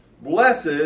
Blessed